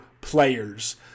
players